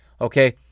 Okay